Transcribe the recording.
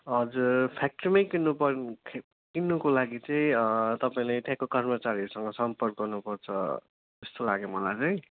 हजुर फ्याक्ट्रीमा किन्नुपर्छ किन्नुको लागि चाहिँ तपाईँले त्यहाँको कर्मचारीहरूसँग सम्पर्क गर्नुपर्छ जस्तो लाग्यो मलाई चाहिँ